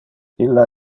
illa